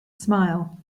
smile